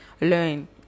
learn